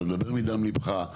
אתה מדבר מדם ליבך.